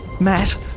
Matt